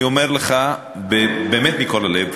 אני אומר לך באמת מכל הלב,